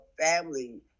family